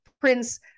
prince